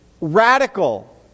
radical